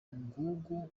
ngugu